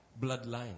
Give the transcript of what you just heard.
bloodline